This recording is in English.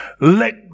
Let